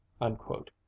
Unquote